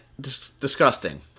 disgusting